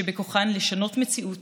שבכוחן לשנות מציאות